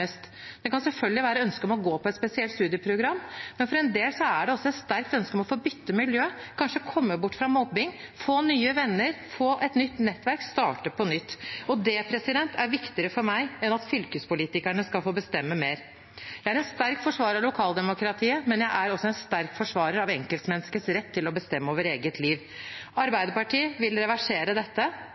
Det kan selvfølgelig være et ønske om å gå på et spesielt studieprogram, men for en del er det også et sterkt ønske om å få bytte miljø, kanskje komme bort fra mobbing, få nye venner, få et nytt nettverk, starte på nytt. Og det er viktigere for meg enn at fylkespolitikerne skal få bestemme mer. Jeg er en sterk forsvarer av lokaldemokratiet, men jeg er også en sterk forsvarer av enkeltmenneskets rett til å bestemme over eget liv. Arbeiderpartiet vil reversere dette